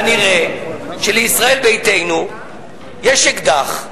כנראה לישראל ביתנו יש אקדח,